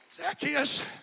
Zacchaeus